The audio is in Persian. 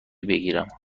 بگیرم